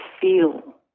feel